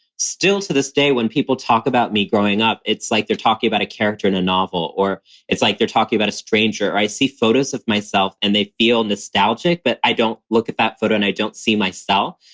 still to this day, when people talk about me growing up, it's like they're talking about a character in a novel or it's like they're talking about a stranger. i see photos of myself and they feel nostalgic, but i don't look at that photo and i don't see myself.